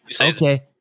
Okay